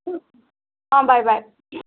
অ' বাই বাই